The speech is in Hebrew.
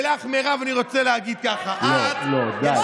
ולך, מירב, אני רוצה להגיד ככה, לא, די.